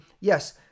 yes